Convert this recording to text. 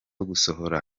gusohora